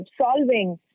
solving